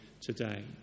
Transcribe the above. today